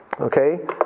Okay